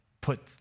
put